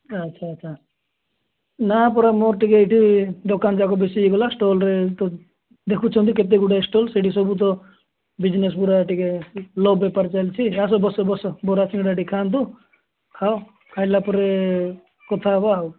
ଆଚ୍ଛା ଆଚ୍ଛା ନା ପରା ମୋର ଟିକେ ଏଇଠି ଦୋକାନ ଯାକ ବେଶୀ ହୋଇଗଲା ଷ୍ଟଲ୍ରେ ତ ଦେଖୁଛନ୍ତି କେତେ ଗୁଡ଼ିଏ ଷ୍ଟଲ୍ ସେଇଠି ସବୁ ତ ବିଜ୍ନେସ୍ ପୁରା ଟିକେ ଲୋ ବେପାର ଚାଲିଛି ଆସ ବସ ବସ ବରା ସିଙ୍ଗଡ଼ା ଟିକେ ଖାଆନ୍ତୁ ଖାଅ ଖାଇଲା ପରେ କଥା ହେବା ଆଉ ଆଉ